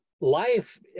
life